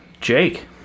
Jake